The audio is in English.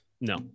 no